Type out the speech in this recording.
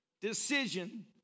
decision